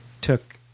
took